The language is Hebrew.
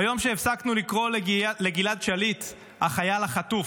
ביום שהפסקנו לקרוא לגלעד שליט "החייל החטוף"